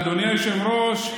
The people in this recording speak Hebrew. אדוני היושב-ראש,